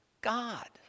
God